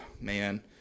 man